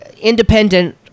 independent